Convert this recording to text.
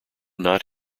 not